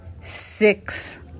six